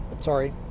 sorry